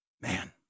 Man